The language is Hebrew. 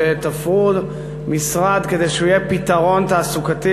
תפרו משרד כדי שהוא יהיה פתרון תעסוקתי